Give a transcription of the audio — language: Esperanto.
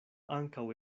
ankaŭ